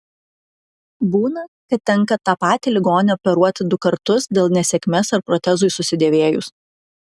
būna kad tenka tą patį ligonį operuoti du kartus dėl nesėkmės ar protezui susidėvėjus